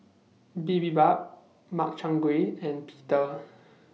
Bibimbap Makchang Gui and Pita